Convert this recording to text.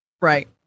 Right